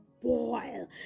boil